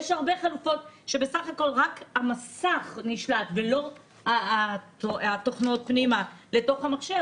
יש הרבה חלופות שבסך הכול רק המסך נשלט ולא התוכנות פנימה לתוך המחשב,